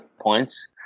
points